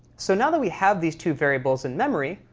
so now that we have these two variables in memory,